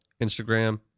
Instagram